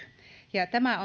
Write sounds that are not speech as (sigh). ja olkoon tämä (unintelligible)